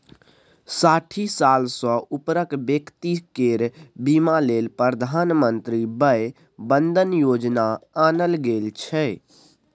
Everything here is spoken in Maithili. साठि साल सँ उपरक बेकती केर बीमा लेल प्रधानमंत्री बय बंदन योजना आनल गेल छै